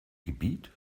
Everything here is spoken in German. gebiet